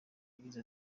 yagize